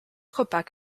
quebec